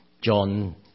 John